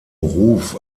ruf